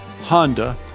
Honda